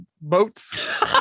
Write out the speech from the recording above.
boats